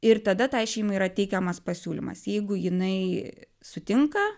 ir tada tai šeimai yra teikiamas pasiūlymas jeigu jinai sutinka